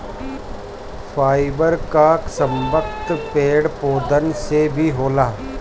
fibre कअ संबंध पेड़ पौधन से भी होला